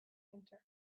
enter